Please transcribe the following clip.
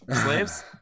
Slaves